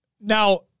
Now